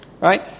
Right